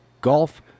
golf